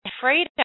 freedom